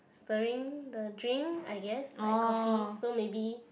stirring the drink I guess like coffee so maybe